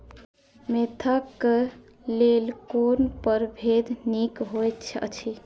Mentha क लेल कोन परभेद निक होयत अछि?